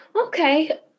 Okay